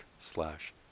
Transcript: slash